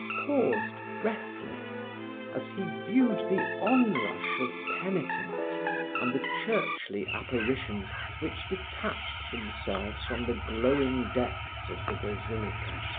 paused breathless as he viewed the onrush of penitents and the churchly apparitions which detached themselves from the glowing depths of the basilica.